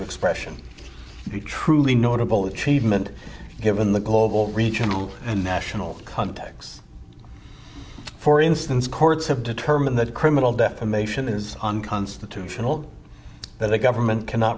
expression a truly notable achievement given the global regional and national context for instance courts have determined that criminal defamation is unconstitutional that a government cannot